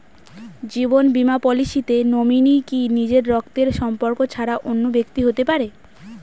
জীবন বীমা পলিসিতে নমিনি কি নিজের রক্তের সম্পর্ক ছাড়া অন্য ব্যক্তি হতে পারে?